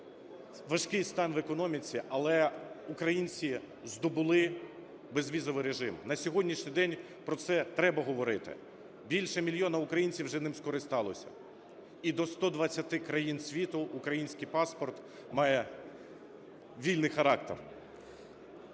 важкий стан в економіці, але українці здобули безвізовий режим. На сьогоднішній день, про це треба говорити, більше мільйона українців вже ним скористалися і до 120 країн світу український паспорт має вільний характер.